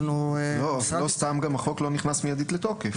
לא סתם גם החוק לא נכנס מיידית לתוקף.